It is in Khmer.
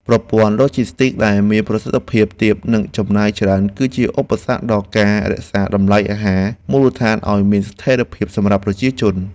ប្រព័ន្ធឡូជីស្ទិកដែលមានប្រសិទ្ធភាពទាបនិងចំណាយច្រើន គឺជាឧបសគ្គដល់ការរក្សាតម្លៃអាហារមូលដ្ឋានឱ្យមានស្ថិរភាពសម្រាប់ប្រជាជន។